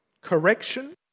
Correction